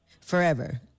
forever